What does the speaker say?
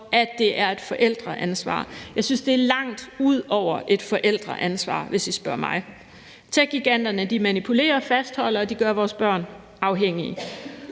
at det er et forældreansvar. Jeg synes, det er langt ud over et forældreansvar, hvis I spørger mig. Techgiganterne manipulerer og fastholder, og de gør vores børn afhængige.